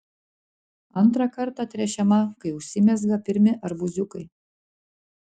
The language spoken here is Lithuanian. antrą kartą tręšiama kai užsimezga pirmi arbūziukai